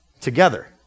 together